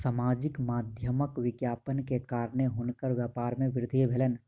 सामाजिक माध्यमक विज्ञापन के कारणेँ हुनकर व्यापार में वृद्धि भेलैन